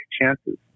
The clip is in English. chances